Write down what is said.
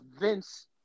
Vince